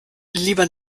lieber